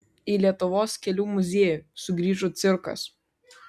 į lietuvos kelių muziejų sugrįžo cirkas